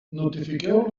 notifiqueu